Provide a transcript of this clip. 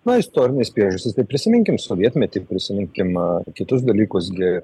na istorinės priežastys tai prisiminkim sovietmetį prisiminkim kitus dalykus gi